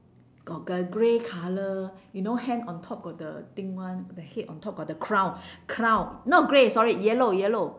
got the grey colour you know hen on top got the thing [one] the head on top got the crown crown not grey sorry yellow yellow